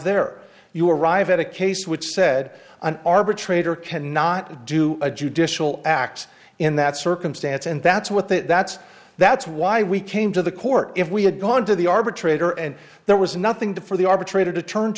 there you arrive at a case which said an arbitrator cannot do a judicial act in that circumstance and that's what that's that's why we came to the court if we had gone to the arbitrator and there was nothing to for the arbitrator